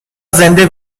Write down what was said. زنده